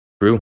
true